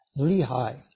Lehi